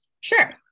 Sure